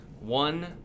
one